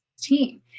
team